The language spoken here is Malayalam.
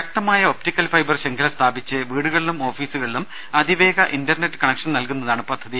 ശക്തമായ ഒപ്റ്റിക്കൽ ഫൈബർ ശൃംഖല സ്ഥാപിച്ച് വീടുക ളിലും ഓഫീസുകളിലും അതിവേഗ ഇന്റർനെറ്റ് കണക്ഷൻ നൽകുന്ന താണ് പദ്ധതി